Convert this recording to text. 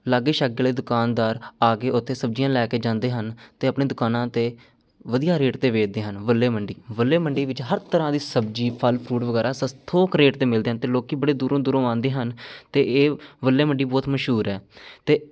ਲਾਗੇ ਛਾਗੇ ਵਾਲੇ ਦੁਕਾਨਦਾਰ ਆ ਕੇ ਉੱਥੇ ਸਬਜ਼ੀਆਂ ਲੈ ਕੇ ਜਾਂਦੇ ਹਨ ਅਤੇ ਆਪਣੀ ਦੁਕਾਨਾਂ 'ਤੇ ਵਧੀਆ ਰੇਟ 'ਤੇ ਵੇਚਦੇ ਹਨ ਬੱਲੇ ਮੰਡੀ ਬੱਲੇ ਮੰਡੀ ਵਿੱਚ ਹਰ ਤਰ੍ਹਾਂ ਦੀ ਸਬਜ਼ੀ ਫਲ ਫਰੂਟ ਵਗੈਰਾ ਸਸ ਥੋਕ ਰੇਟ 'ਤੇ ਮਿਲਦੇ ਹਨ ਅਤੇ ਲੋਕ ਬੜੇ ਦੂਰੋਂ ਦੂਰੋਂ ਆਉਂਦੇ ਹਨ ਅਤੇ ਇਹ ਬੱਲੇ ਮੰਡੀ ਬਹੁਤ ਮਸ਼ਹੂਰ ਹੈ ਅਤੇ